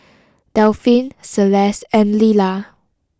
Delphin Celeste and Lilla